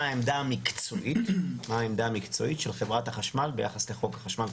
מה העמדה המקצועית של חברת החשמל ביחס לחוק החשמל,